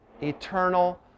eternal